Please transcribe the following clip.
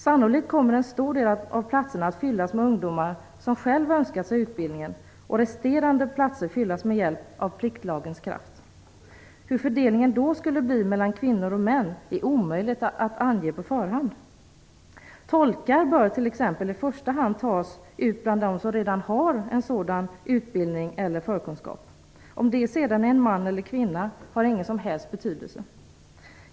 Sannolikt kommer en stor del av platserna att fyllas med ungdomar som själva önskat sig utbildningen och resterande platser fyllas med hjälp av pliktlagen. Hur fördelningen då skulle bli mellan kvinnor och män är omöjligt att ange på förhand. Tolkar bör t.ex. i första hand tas ut bland dem som redan har en sådan utbildning eller sådana förkunskaper. Om det sedan är en man eller en kvinna har ingen som helst betydelse.